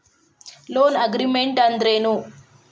Loan agreement ಅಂದ್ರೇನು?